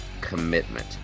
commitment